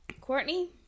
Courtney